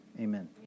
Amen